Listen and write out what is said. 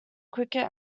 cricket